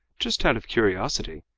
just out of curiosity,